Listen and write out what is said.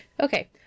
Okay